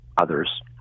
others